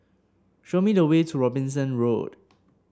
show me the way to Robinson Road